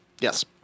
Yes